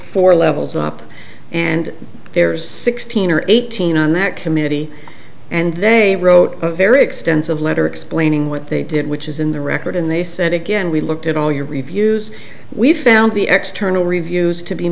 four levels up and there's sixteen or eighteen on that committee and they wrote a very extensive letter explaining what they did which is in the record and they said again we looked at all your reviews we found the x turn all reviews to be